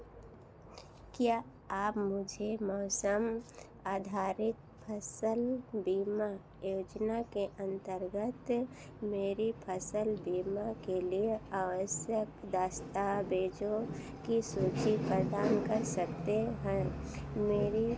क्या आप मुझे मौसम आधारित फसल बीमा योजना के अंतर्गत मेरी फसल बीमा के लिए आवश्यक दस्तावेजों की सूची प्रदान कर सकते हैं मेरी